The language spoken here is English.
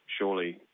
surely